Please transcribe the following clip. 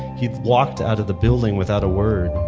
he walked out of the building without a word.